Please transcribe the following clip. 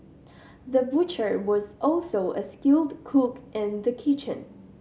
the butcher was also a skilled cook in the kitchen